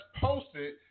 posted